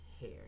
hair